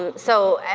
um so,